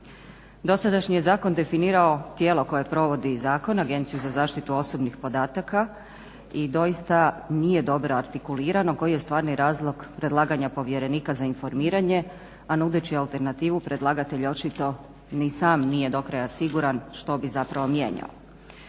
Dosadašnji je zakon definirao tijelo koje provodi zakon, Agenciju za zaštitu osobnih podataka i doista nije dobro artikulirano koji je stvarni razlog predlaganja povjerenika za informiranje a nudeći alternativu predlagatelj očito ni sam nije do kraja siguran što bi zapravo mijenjao.